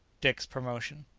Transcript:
dick's promotion.